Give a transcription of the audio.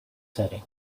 setting